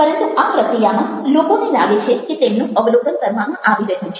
પરંતુ આ પ્રક્રિયામાં લોકોને લાગે છે કે તેમનું અવલોકન કરવામાં આવી રહ્યું છે